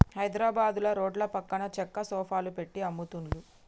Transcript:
హైద్రాబాదుల రోడ్ల పక్కన చెక్క సోఫాలు పెట్టి అమ్ముతున్లు